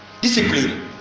discipline